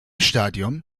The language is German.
stadion